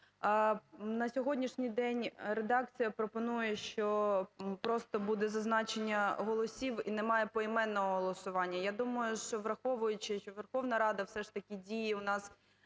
На сьогоднішній день редакція пропонує, що просто буде зазначення голосів і немає поіменного голосування. Я думаю, що враховуючи, що Верховна Рада все ж таки діє в нас